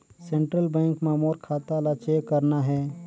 Central bank मां मोर खाता ला चेक करना हे?